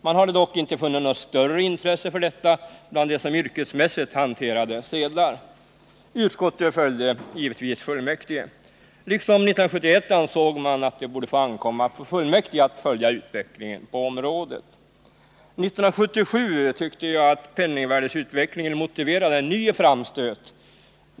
Man hade dock inte funnit något större intresse för detta bland dem som yrkesmässigt hanterade sedlar. Utskottet följde givetvis fullmäktige. Liksom 1971 ansåg man att det borde få ankomma på fullmäktige att följa utvecklingen på området. 1977 tyckte jag att penningvärdeutvecklingen motiverade en ny framstöt.